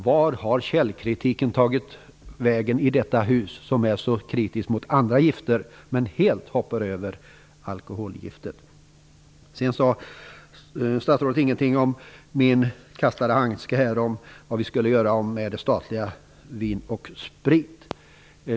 Var har källkritiken tagit vägen i deras hus som är så kritiskt mot andra gifter men helt hoppar över alkoholgiftet? Statsrådet sade ingenting om min kastade handske om vad vi skulle göra med det statliga Vin & Sprit.